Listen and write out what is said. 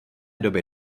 době